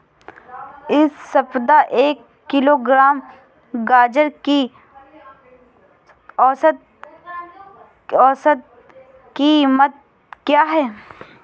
इस सप्ताह एक किलोग्राम गाजर की औसत कीमत क्या है?